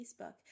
Facebook